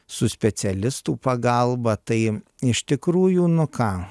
su specialistų pagalba tai iš tikrųjų nu ką